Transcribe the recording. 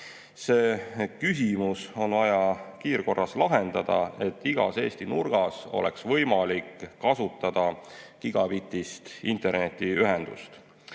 See küsimus on vaja kiirkorras lahendada, et igas Eesti nurgas oleks võimalik kasutada gigabitist internetiühendust. Loomulikult